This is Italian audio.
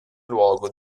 luogo